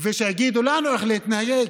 ושיגידו לנו איך להתנהג,